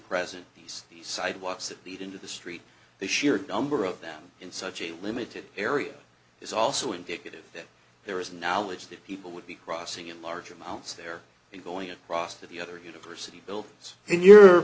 present these the sidewalks that beat into the street the sheer number of them in such a limited area is also indicative that there is an analogy that people would be crossing in large amounts there and going across to the other university buildings and your